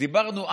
כשדיברנו אז,